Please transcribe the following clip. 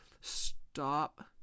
Stop